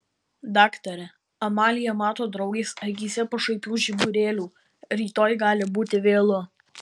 daktare amalija mato draugės akyse pašaipių žiburėlių rytoj gali būti vėlu